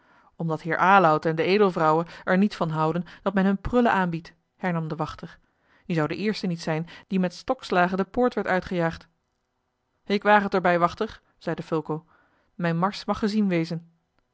omdat heer aloud en de edelvrouwe er niet van houden dat men hun prullen aanbiedt hernam de wachter je zoudt de eerste niet zijn die met stokslagen de poort werd uitgejaagd ik waag het er bij wachter zeide fulco mijne mars mag gezien wezen